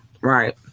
right